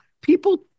people